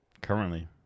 Currently